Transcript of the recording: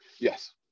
Yes